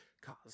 cause